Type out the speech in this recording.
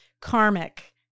karmic